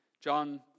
John